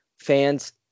fans –